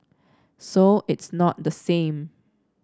so it's not the same